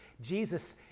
Jesus